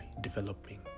developing